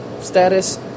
status